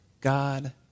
God